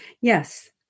Yes